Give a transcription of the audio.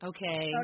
Okay